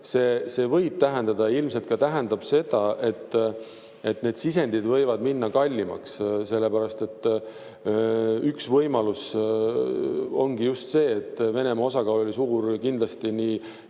See võib tähendada ja ilmselt tähendabki seda, et need sisendid võivad minna kallimaks. Sellepärast, et üks [põhjus] ongi just see, et Venemaa osakaal oli suur kindlasti nii